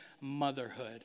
motherhood